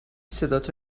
صداتو